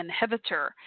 inhibitor